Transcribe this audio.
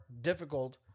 difficult